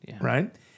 right